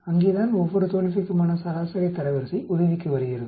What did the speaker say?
அங்கேதான் ஒவ்வொரு தோல்விக்குமான சராசரி தரவரிசை உதவிக்கு வருகிறது